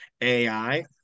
AI